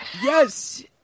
Yes